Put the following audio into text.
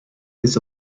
this